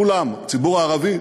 כולם: הציבור הערבי,